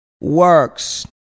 works